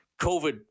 COVID